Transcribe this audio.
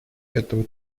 этого